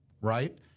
right